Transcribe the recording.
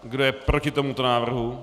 Kdo je proti tomuto návrhu?